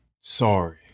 Sorry